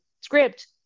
script